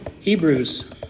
Hebrews